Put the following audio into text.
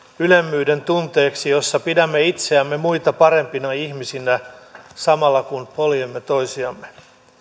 ylemmyydentunteeksi jossa pidämme itseämme muita parempina ihmisinä samalla kun poljemme toisiamme